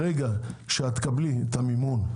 ברגע שתקבלי את המימון,